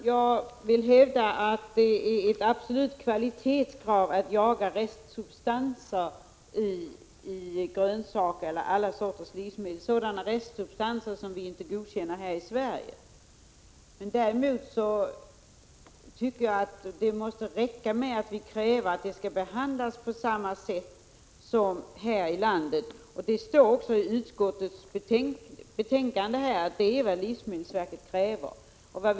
Herr talman! Jag hävdar att det är ett absolut kvalitetskrav att jaga sådana restsubstanser i grönsaker och alla sorters livsmedel som vi inte godkänner här i Sverige. Däremot tycker jag att det måste räcka att vi kräver att de utländska livsmedlen skall behandlas på samma sätt som svenska. Det står också i utskottets betänkande att livsmedelsverket kräver detta.